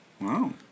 Wow